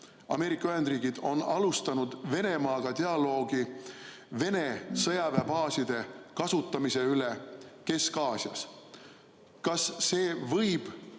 Ameerika Ühendriigid on alustanud Venemaaga dialoogi Vene sõjaväebaaside kasutamise üle Kesk-Aasias, võib